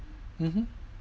mmhmm